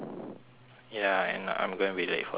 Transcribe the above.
ya and I'm gonna be late for training